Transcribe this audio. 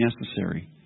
necessary